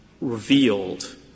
revealed